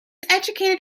educated